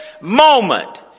moment